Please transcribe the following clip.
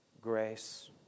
grace